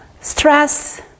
Stress